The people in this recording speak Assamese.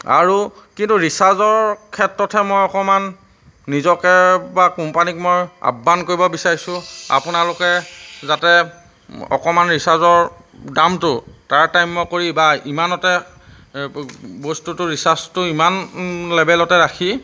আৰু কিন্তু ৰিচাৰ্জৰ ক্ষেত্ৰতহে মই অকণমান নিজকে বা কোম্পানীক মই আহ্বান কৰিব বিচাৰিছোঁ আপোনালোকে যাতে অকণমান ৰিচাৰ্জৰ দামটো তাৰতাম্য় কৰি বা ইমানতে বস্তুটো ৰিচাৰ্জটো ইমান লেভেলতে ৰাখি